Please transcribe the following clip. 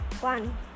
One